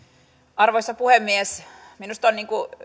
arvoisa puhemies minusta on